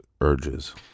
urges